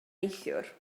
neithiwr